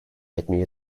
etmeyi